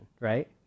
right